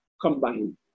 combined